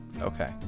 Okay